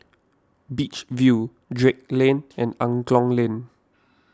Beach View Drake Lane and Angklong Lane